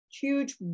huge